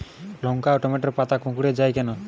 লঙ্কা ও টমেটোর পাতা কুঁকড়ে য়ায় কেন?